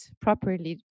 properly